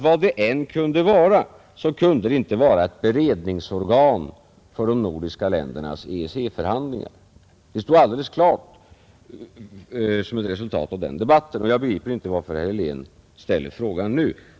Vad det än kunde vara, så kunde det inte vara ett beredningsorgan för de nordiska ländernas EEC-förhandlingar. Detta stod alldeles klart som ett resultat av den debatten, och jag begriper inte varför herr Helén ställer frågan nu.